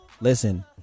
listen